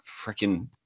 freaking